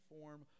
form